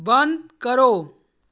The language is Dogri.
बंद करो